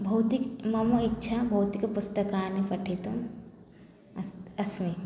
भौतिक् मम इच्छा भौतिकपुस्तकानि पठितुम् अस् अस्मि